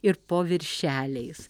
ir po viršeliais